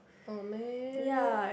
oh man